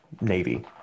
Navy